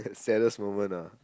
saddest moment ah